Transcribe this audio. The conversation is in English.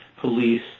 police